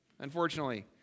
unfortunately